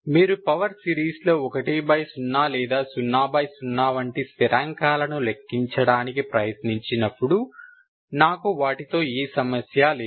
మీరు పవర్ సిరీస్లో 10 లేదా 00వంటి స్థిరాంకాలను లెక్కించడానికి ప్రయత్నించినప్పుడు నాకు వాటితో ఏ సమస్యా లేదు